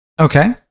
Okay